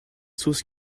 sources